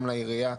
גם לעירייה,